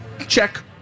Check